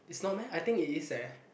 is not meh I think it is eh